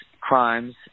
crimes